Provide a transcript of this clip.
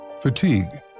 fatigue